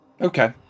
Okay